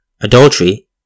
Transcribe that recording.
Adultery